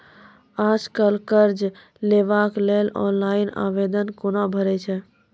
आज कल कर्ज लेवाक लेल ऑनलाइन आवेदन कूना भरै छै?